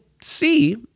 see